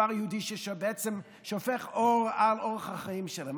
כפר יהודי שבעצם ששופך אור על אורח החיים שלהם.